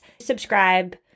subscribe